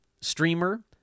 streamer